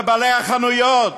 לבעלי החנויות.